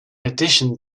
addition